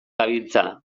gabiltza